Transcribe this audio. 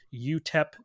UTEP